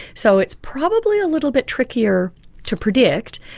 so it's probably a little bit trickier to predict,